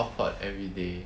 hotpot everyday